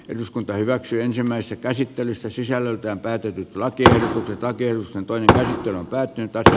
eduskunta hyväksyi ensimmäisessä käsittelyssä sisällöltään päätti laatia rakennusten toinen tähti on päättynyt tätä